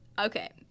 Okay